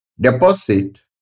deposit